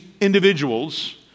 individuals